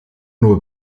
nur